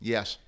Yes